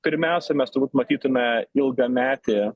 pirmiausia mes turbūt matytume ilgametį